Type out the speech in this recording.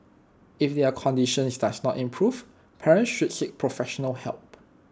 if their conditions does not improve parents should seek professional help